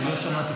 אני לא שמעתי.